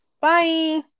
Bye